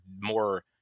more